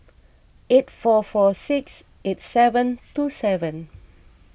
eight four four six eight seven two seven